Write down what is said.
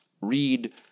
read